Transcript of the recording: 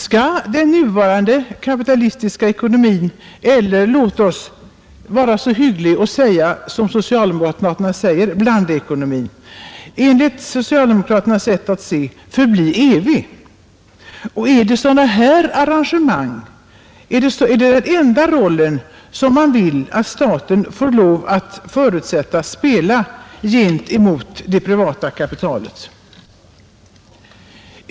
Skall den nuvarande kapitalistiska ekonomin eller — låt oss vara hyggliga och säga som socialdemokraterna gör — blandekonomin enligt socialdemokraternas sätt att se förbli i evighet? Är agerande i sådana här arrangemang den enda roll som man förutsätter att staten skall få lov att spela gentemot det privata kapitalet?